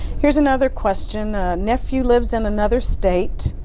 here's another question. a nephew lives in another state.